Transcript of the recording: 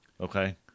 Okay